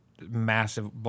massive